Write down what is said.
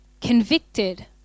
convicted